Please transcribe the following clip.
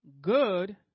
good